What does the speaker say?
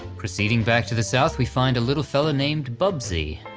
proceeding back to the south we find a little fellow named bubsie.